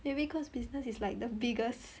maybe cause business is like the biggest